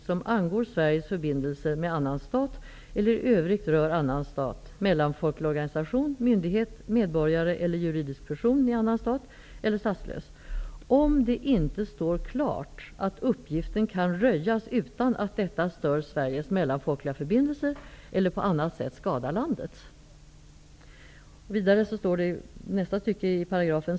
Sveriges förbindelser med annan stat eller i övrigt rör annan stat, mellanfolklig organisation, myndighet, medborgare eller juridisk person i annan stat eller statslös, om det inte står klart att uppgiften kan röjas utan att detta stör Sveriges mellanfolkliga förbindelser eller på annat sätt skadar landet.